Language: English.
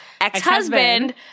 ex-husband